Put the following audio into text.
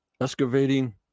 Excavating